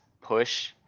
push